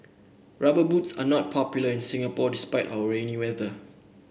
rubber boots are not popular in Singapore despite our rainy weather